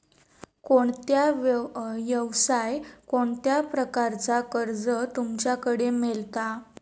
कोणत्या यवसाय कोणत्या प्रकारचा कर्ज तुमच्याकडे मेलता?